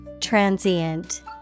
transient